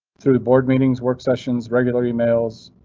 through board meetings, work sessions, regular emails,